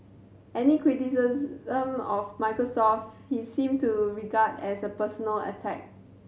any criticism of Microsoft he seemed to regard as a personal attack